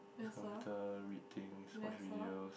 computer read things watch videos